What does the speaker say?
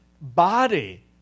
body